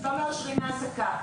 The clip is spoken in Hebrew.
כל הגנים מאוישים במשך כל